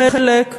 לחלק,